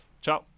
Ciao